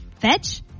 Fetch